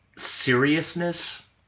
Seriousness